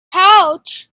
pouch